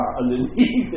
underneath